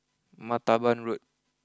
Martaban Road